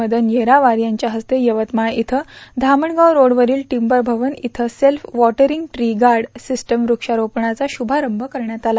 मदन येरावार यांच्या इस्ते धामणगाव रोडवरील टिंबर भवन इथं self watering tree guard system व्रक्षारोपणाचा शुभारंभ करण्यात आला